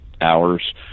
hours